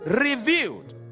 revealed